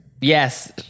Yes